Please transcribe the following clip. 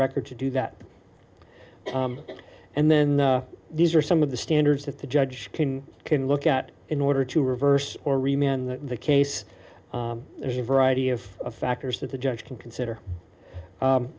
record to do that and then these are some of the standards that the judge can look at in order to reverse or remain in the case there's a variety of factors that the judge can consider